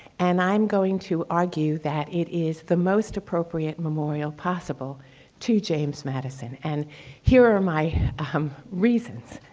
and i'm going to argue that it is the most appropriate memorial possible to james madison. and here are my um reasons.